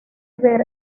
ver